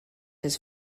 his